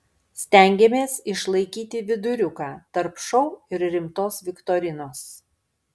stengėmės išlaikyti viduriuką tarp šou ir rimtos viktorinos